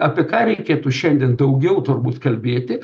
apie ką reikėtų šiandien daugiau turbūt kalbėti